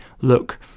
look